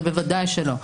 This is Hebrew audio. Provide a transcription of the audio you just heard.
זה בוודאי לא.